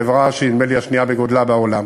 חברה שנדמה לי שהיא השנייה בגודלה בעולם,